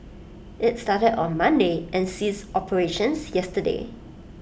IT started on Monday and ceased operations yesterday